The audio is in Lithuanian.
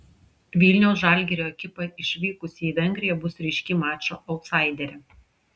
vilniaus žalgirio ekipa išvykusi į vengriją bus ryški mačo autsaiderė